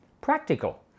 practical